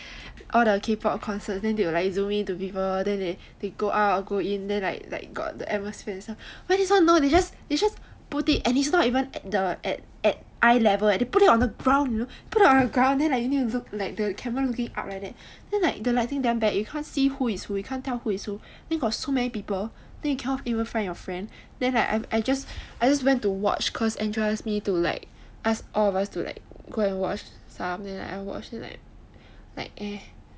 all the kpop concert they zoom into people then they go out go in like got the atmosphere this [one] but this [one] don't just put it like it's not even the eye level leh they put it on the ground then like you need to look like the camera looking up like that then like the lighting damn bad you can't see who is who you can't tell who is who so many people then you cannot even find your friend then like I just went to watch cause andrea ask me to like ask all of us to go and watch some I watch like eh